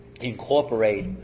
incorporate